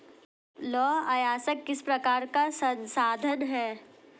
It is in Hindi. लौह अयस्क किस प्रकार का संसाधन है?